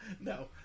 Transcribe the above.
No